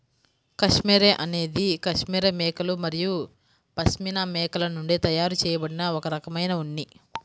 cashmere అనేది cashmere మేకలు మరియు పష్మినా మేకల నుండి తయారు చేయబడిన ఒక రకమైన ఉన్ని